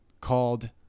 called